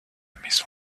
maison